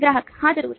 ग्राहक हाँ ज़रूर